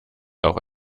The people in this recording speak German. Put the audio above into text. auch